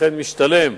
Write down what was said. לכן משתלם,